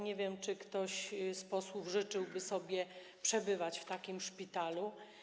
Nie wiem, czy ktoś z posłów życzyłby sobie przebywać w takim szpitalu.